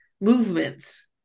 movements